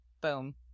boom